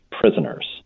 prisoners